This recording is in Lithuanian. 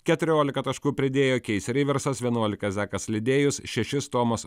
keturiolika taškų pridėjo keis reiversas vienuolika zakas lidėjus šešis tomas